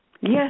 Yes